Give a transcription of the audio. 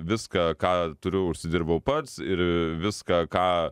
viską ką turiu užsidirbau pats ir viską ką